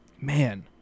man